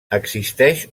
existeix